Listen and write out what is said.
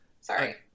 sorry